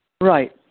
Right